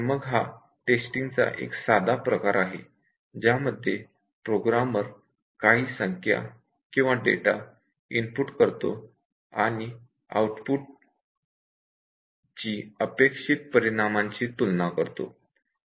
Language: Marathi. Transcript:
हा टेस्टिंगचा एक साधा प्रकार आहे ज्यामध्ये प्रोग्रामर काही संख्या किंवा डेटा इनपुट करतो आणि आउटपुट ची अपेक्षित परिणामांशी तुलना करतो